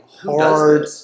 hard